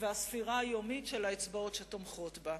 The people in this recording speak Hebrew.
והספירה היומית של האצבעות שתומכות בה.